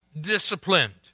disciplined